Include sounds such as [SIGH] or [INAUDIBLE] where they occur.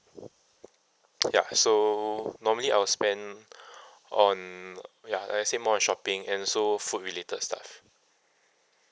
ya so normally I will spend [BREATH] on ya like I said more shopping and also food related stuff